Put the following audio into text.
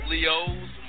Leos